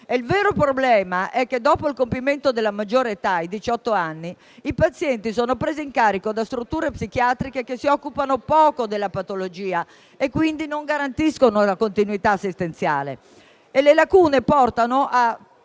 Il vero problema è che dopo il compimento della maggiore età (i 18 anni), i pazienti sono presi in carico da strutture psichiatriche che si occupano poco della patologia e quindi non garantiscono la continuità assistenziale